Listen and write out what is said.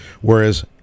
Whereas